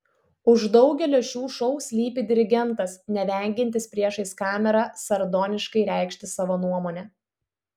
už daugelio šių šou slypi dirigentas nevengiantis priešais kamerą sardoniškai reikšti savo nuomonę